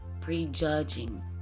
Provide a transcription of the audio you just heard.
prejudging